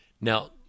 Now